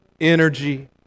energy